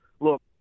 look